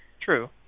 True